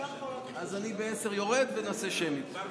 ב-10:00 אני יורד, ונעשה שמית.